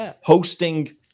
hosting –